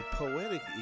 poetic